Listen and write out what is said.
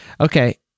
Okay